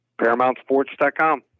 paramountsports.com